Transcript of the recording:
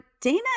Dana